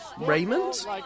Raymond